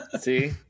See